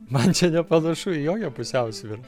man čia nepanašu į jokią pusiausvyrą